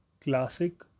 Classic